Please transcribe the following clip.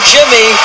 Jimmy